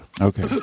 Okay